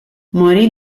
morì